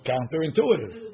Counterintuitive